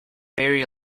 fairy